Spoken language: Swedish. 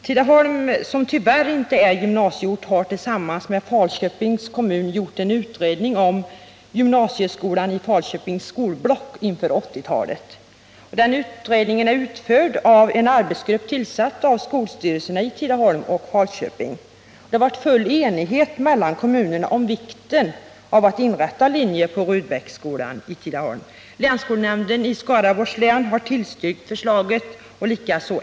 Tidaholm, som tyvärr inte är gymnasieort, har tillsammans med Falköpings kommun gjort en utredning om gymnasieskolan i Falköpings skolblock inför 1980-talet. Utredningen är utförd av en arbetsgrupp tillsatt av skolstyrelserna i Tidaholm och Falköping, och det har varit full enighet mellan kommunerna om vikten av att inrätta linjer på Rudbecksskolan i Tidaholm. Länsskolnämnden i Skaraborgs län har tillstyrkt förslaget, likaså skolöverstyrelsen.